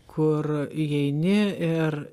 kur įeini ir